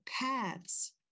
paths